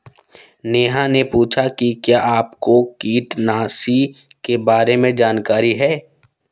नेहा ने पूछा कि क्या आपको कीटनाशी के बारे में जानकारी है?